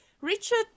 Richard